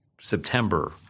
September